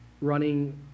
running